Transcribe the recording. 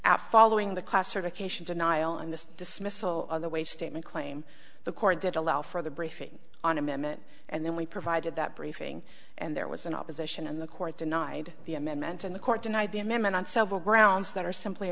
out following the classification denial and the dismissal of the wave statement claim the court did allow for the briefing on amendment and then we provided that briefing and there was an opposition and the court denied the amendment and the court denied the amendment on several grounds that are simply